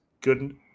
good